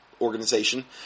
organization